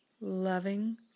loving